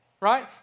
Right